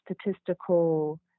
statistical